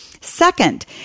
Second